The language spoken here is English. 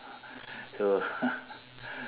so